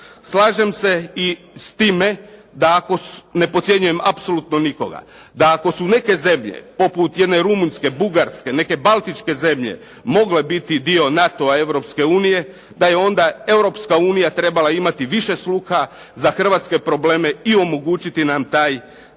Slažem se i s time, ne podcjenjujem apsolutno nikoga, da ako su neke zemlje poput jedne Rumunjske, Bugarske neke Baltičke zemlje, mogle biti dio NATO-a i Europske unije, da je onda Europska unija trebala imati više sluha za hrvatske probleme i omogućiti nam tu